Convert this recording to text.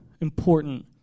important